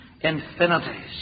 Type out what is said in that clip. infinities